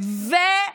מה